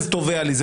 זה לא מתמרץ.